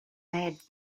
mad